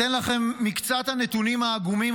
אתן לכם את מקצת הנתונים העגומים,